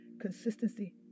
Consistency